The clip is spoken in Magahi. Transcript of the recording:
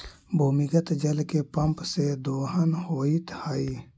भूमिगत जल के पम्प से दोहन होइत हई